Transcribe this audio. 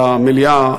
למליאה,